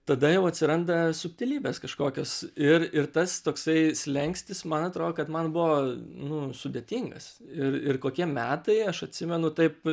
tada jau atsiranda subtilybės kažkokios ir ir tas toksai slenkstis man atrodo kad man buvo nu sudėtingas ir ir kokie metai aš atsimenu taip